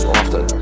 often